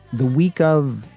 the week of.